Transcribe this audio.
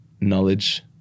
knowledge